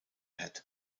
head